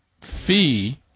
fee